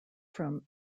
from